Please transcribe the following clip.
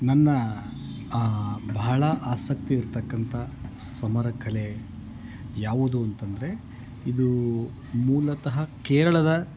ನನ್ನ ಬಹಳ ಆಸಕ್ತಿ ಇರ್ತಕ್ಕಂತ ಸಮರ ಕಲೆ ಯಾವುದು ಅಂತಂದರೆ ಇದು ಮೂಲತಃ ಕೇರಳದ